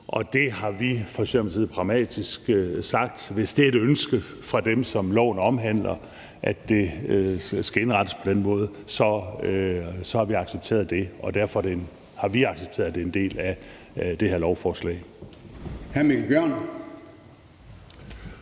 Der har vi i Socialdemokratiet pragmatisk sagt, at hvis det er et ønske fra dem, som loven omhandler, at det skal indrettes på den måde, så accepterer vi det. Derfor har vi accepteret, at det er en del af det her lovforslag.